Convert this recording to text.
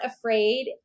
afraid